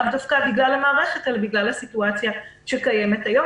לאו דווקא בגלל המערכת אלא בגלל הסיטואציה שקיימת היום,